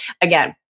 again